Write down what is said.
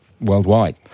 worldwide